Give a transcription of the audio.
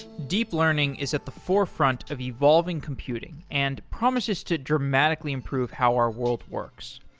deep learning is at the forefront of evolving computing and promises to dramatically improve how our world works.